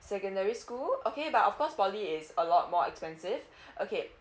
secondary school okay but of course poly is a lot more expensive okay